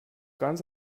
ganz